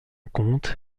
compte